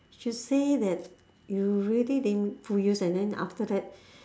she'll say that you really didn't make full use and then after that